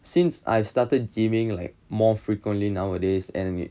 since I've started gymming like more frequently nowadays and